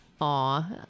Aw